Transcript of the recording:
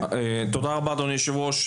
תודה רבה, אדוני היושב-ראש.